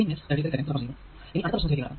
ഇനി അടുത്ത പ്രശ്നത്തിലേക്ക് കടക്കാം